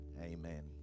amen